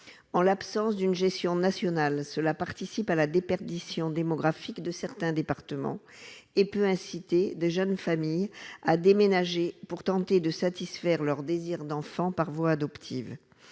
en l'absence d'une gestion nationale, cela participe à la déperdition démographique de certains départements et peut inciter des jeunes familles a déménagé pour tenter de satisfaire leur désir d'enfant par voie adoptive